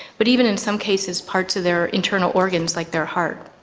but even in some cases parts of their internal organs like their heart.